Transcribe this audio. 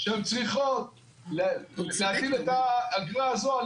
יחליטו שהן צריכות להכיל את האגרה הזאת על